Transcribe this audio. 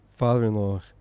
father-in-law